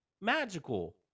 magical